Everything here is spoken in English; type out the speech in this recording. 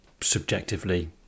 subjectively